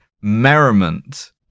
merriment